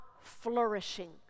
flourishing